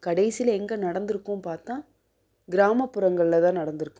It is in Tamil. கடைசியில் எங்கே நடந்திருக்கும் பார்த்தா கிராமப்புறங்களில் தான் நடந்திருக்கும்